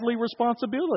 responsibility